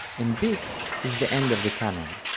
and this is the end of the canon.